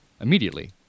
immediately